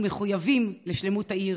אנו מחויבים לשלמות העיר,